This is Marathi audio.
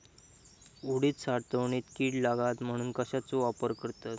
उडीद साठवणीत कीड लागात म्हणून कश्याचो वापर करतत?